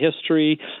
history